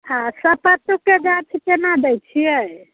आ सपाटूके गाछ केना दय छियै